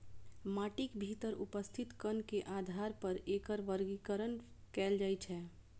माटिक भीतर उपस्थित कण के आधार पर एकर वर्गीकरण कैल जाइ छै